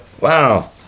Wow